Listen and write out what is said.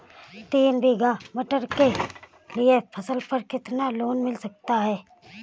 तीन बीघा मटर के लिए फसल पर कितना लोन मिल सकता है?